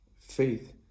faith